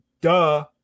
duh